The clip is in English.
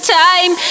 time